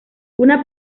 una